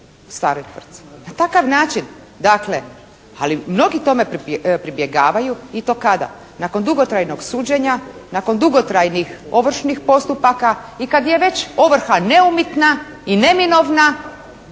staroj tvrtci. Takav način dakle ali mnogi tome pribjegavaju i to kada? Nakon dugotrajnog suđenja, nakon dugotrajnih ovršnih postupaka i kad je već ovrha neumitna i neminovna